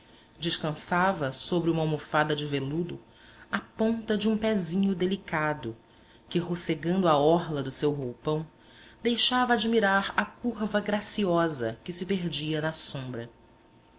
descansava sobre uma almofada de veludo a ponta de um pezinho delicado que rocegando a orla do seu roupão deixava admirar a curva graciosa que se perdia na sombra